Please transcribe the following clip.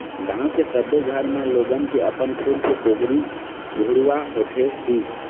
गाँव के सबे घर म लोगन के अपन खुद के पोगरी घुरूवा होथे ही